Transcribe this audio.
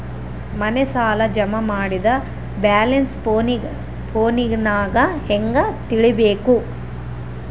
ಮನೆ ಸಾಲ ಜಮಾ ಮಾಡಿದ ಬ್ಯಾಲೆನ್ಸ್ ಫೋನಿನಾಗ ಹೆಂಗ ತಿಳೇಬೇಕು?